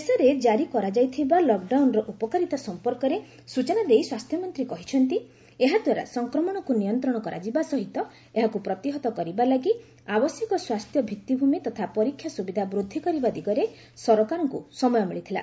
ଦେଶରେ କାରି କରାଯାଇଥିବା ଲକ୍ଡାଉନ୍ର ଉପକାରିତା ସମ୍ପର୍କରେ ସ୍ଟଚନା ଦେଇ ସ୍ୱାସ୍ଥ୍ୟମନ୍ତ୍ରୀ କହିଛନ୍ତି ଏହାଦ୍ୱାରା ସଂକ୍ରମଣକୁ ନିୟନ୍ତ୍ରଣ କରାଯିବା ସହିତ ଏହାକୁ ପ୍ରତିହତ କରିବା ଲାଗି ଆବଶ୍ୟକ ସ୍ୱାସ୍ଥ୍ୟ ଭିଭିଭୂମି ତଥା ପରୀକ୍ଷା ସ୍ରବିଧା ବୃଦ୍ଧି କରିବା ଦିଗରେ ସରକାରଙ୍କ ସମୟ ମିଳିଥିଲା